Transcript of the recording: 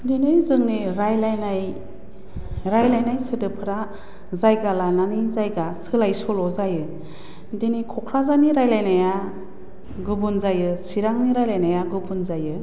दिनै जोंनि रायलाइनाय रायलाइनाय सोदोबफ्रा जायगा लानानै जायगा सोलाय सोल' जायो दिनै क'क्राझारनि रायलाइनाया गुबुन जायो चिरांनि रायलाइनाया गुबुन जायो